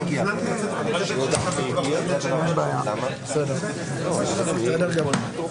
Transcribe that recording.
פרטני לחוק וכללי לרעיון.